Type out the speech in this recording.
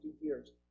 years